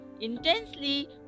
intensely